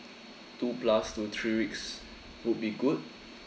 two plus to three weeks would be good